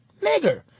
nigger